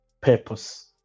purpose